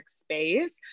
space